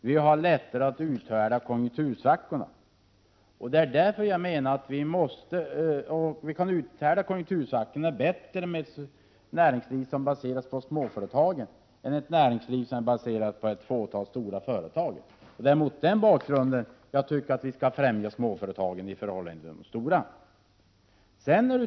Vi kan lättare uthärda konjunktursvackorna med ett näringsliv som baseras på småföretagen än med ett näringsliv som baseras på ett fåtal stora företag. Mot den bakgrunden tycker jag att vi skall främja småföretagen i förhållande till de stora.